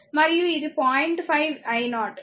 మరియు ఇది 0